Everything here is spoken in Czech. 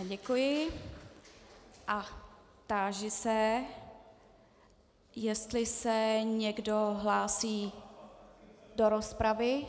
Děkuji a táži se, jestli se někdo hlásí do rozpravy.